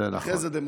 ואחרי זה דמוקרטית.